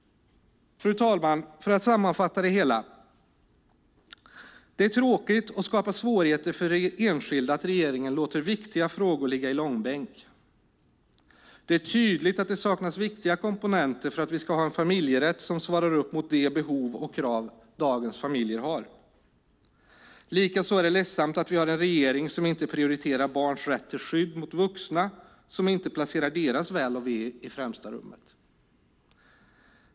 Fru talman! För att sammanfatta det hela: Det är tråkigt och skapar svårigheter för enskilda att regeringen låter viktiga frågor ligga i långbänk. Det är tydligt att det saknas viktiga komponenter för att vi ska ha en familjerätt som svarar upp mot de behov och krav dagens familjer har. Likaså är det ledsamt att vi har en regering som inte prioriterar barns rätt till skydd mot vuxna som inte placerar deras väl och ve i främsta rummet.